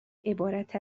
عبارت